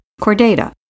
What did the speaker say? chordata